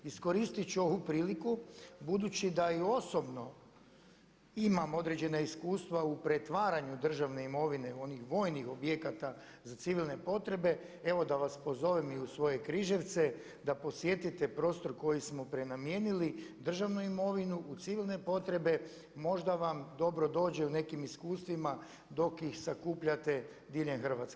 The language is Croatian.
Iskoristit ću ovu priliku budući da i osobno imam određena iskustva u pretvaranju državne imovine onih vojnih objekata za civilne potrebe, evo da vas pozovem i u svoje Križevce da posjetite prostor koji smo prenamijenili državnu imovinu u civilne potrebe, možda vam dobro dođe u nekim iskustvima dok ih sakupljate diljem Hrvatske.